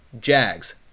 Jags